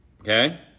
Okay